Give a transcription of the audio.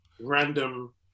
random